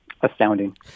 astounding